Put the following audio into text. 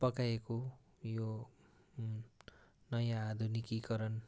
पकाइएको यो नयाँ आधुनिकीकरण